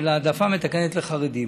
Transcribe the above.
של העדפה מתקנת לחרדים.